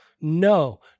no